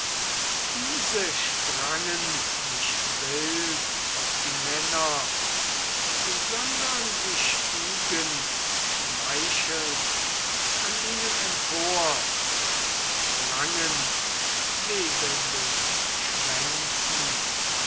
diese sprangen nicht wild auf die männer sondern sie stiegen schmeichelnd an ihnen empor mit langen wedelnden schwänzen